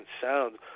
sound